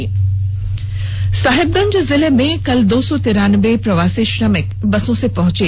प्रवासी मजदर साहिबगंज जिले में कल दो सौ तिरानबे प्रवासी श्रमिक बसों से पहुंचे